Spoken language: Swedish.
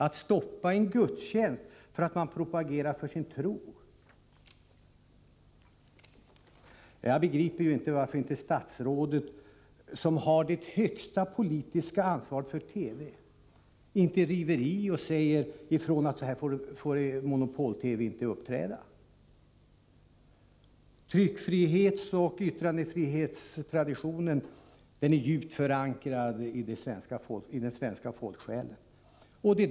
Att stoppa en gudstjänst för att man propagerar för sin tro! Jag begriper inte varför inte statsrådet, som har det högsta politiska ansvaret för TV, river i och säger ifrån att så här får monopol-TV inte uppträda. Tryckfrihetsoch yttrandefrihetstraditionen är djupt förankrad i den svenska folksjälen.